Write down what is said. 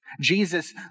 Jesus